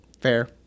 Fair